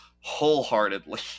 wholeheartedly